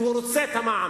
כי הוא רוצה את המע"מ